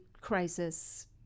crisis